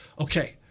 okay